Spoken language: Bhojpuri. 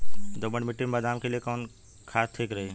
दोमट मिट्टी मे बादाम के लिए कवन खाद ठीक रही?